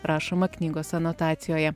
rašoma knygos anotacijoje